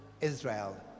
Israel